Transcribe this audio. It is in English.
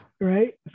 Right